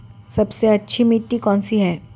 सबसे अच्छी मिट्टी कौन सी है?